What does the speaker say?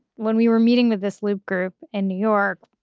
when we were meeting with this loop group in new york,